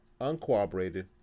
uncooperated